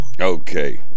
Okay